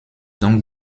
donc